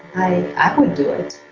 i i would do it.